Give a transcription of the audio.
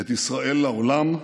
את ישראל לעולם,